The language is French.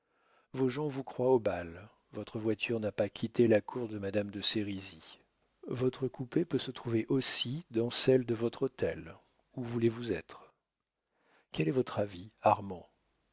vos gens vous croient au bal votre voiture n'a pas quitté la cour de madame de sérizy votre coupé peut se trouver aussi dans celle de votre hôtel où voulez-vous être quel est votre avis